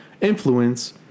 influence